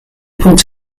pwynt